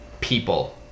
people